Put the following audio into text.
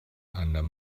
under